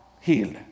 healed